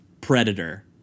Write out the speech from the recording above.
predator